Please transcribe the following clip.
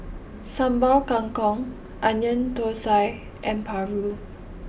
Sambal Kangkong Onion Thosai and Paru